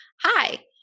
Hi